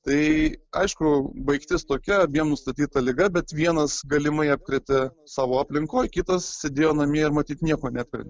tai aišku baigtis tokia abiem nustatyta liga bet vienas galimai apkrėtė savo aplinkoj kitas sėdėjo namie ir matyt nieko neapkrėtė